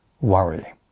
worry